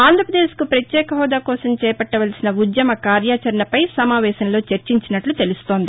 ఆంధ్రపదేశ్కు ప్రత్యేక హోదా కోసం చేపట్టవలసిన ఉద్యమ కార్యాచరణ పై సమావేశంలో చర్చించినట్ల తెలుస్తోంది